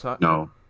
No